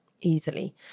easily